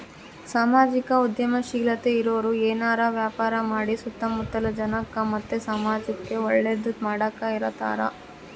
ಸಾಮಾಜಿಕ ಉದ್ಯಮಶೀಲತೆ ಇರೋರು ಏನಾರ ವ್ಯಾಪಾರ ಮಾಡಿ ಸುತ್ತ ಮುತ್ತಲ ಜನಕ್ಕ ಮತ್ತೆ ಸಮಾಜುಕ್ಕೆ ಒಳ್ಳೇದು ಮಾಡಕ ಇರತಾರ